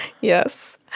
Yes